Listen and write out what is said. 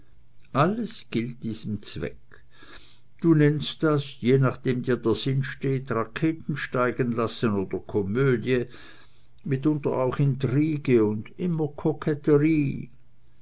alles gilt diesem zweck du nennst das je nachdem dir der sinn steht raketensteigenlassen oder komödie mitunter auch intrige und immer koketterie